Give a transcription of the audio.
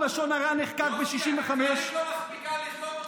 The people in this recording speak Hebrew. כבר דקה וחצי הוא עובר.